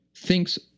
thinks